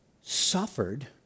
Suffered